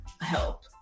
help